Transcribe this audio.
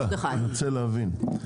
אני רוצה להבין,